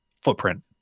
footprint